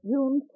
June